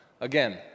Again